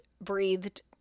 breathed